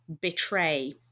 betray